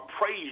praise